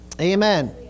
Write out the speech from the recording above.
Amen